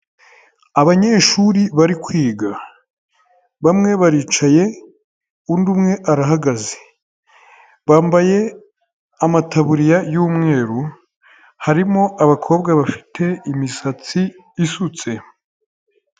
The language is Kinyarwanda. Abanyeshuri bari kwiga, bamwe baricaye undi umwe arahagaze bambaye amataburiya y'umweru, harimo abakobwa bafite imisatsi isutse.